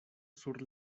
sur